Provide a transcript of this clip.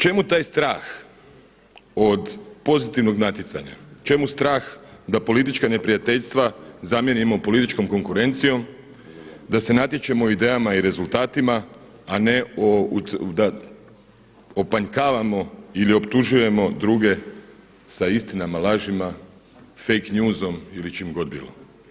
Čemu taj strah od pozitivnog natjecanja, čemu strah da politička neprijateljstva zamijenimo političkom konkurencijom, da se natječemo u idejama i rezultatima, a ne da opanjkavamo ili optužujemo druge sa istinama, lažima, „fake news“ ili čim god bilo.